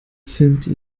filmte